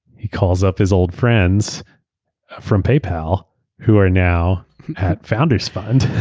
he calls up his old friends from paypal who are now at founders fund.